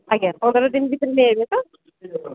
ଆଜ୍ଞା ପନ୍ଦରଦିନ ଭିତରେ ନେଇହେବ ତ